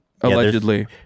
allegedly